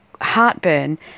Heartburn